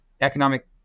economic